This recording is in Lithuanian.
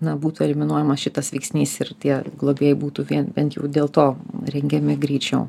na būtų eliminuojamas šitas veiksnys ir tie globėjai būtų vien bent jau dėl to rengiami greičiau